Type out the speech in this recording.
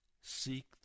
Seek